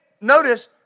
notice